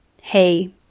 hey